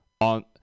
on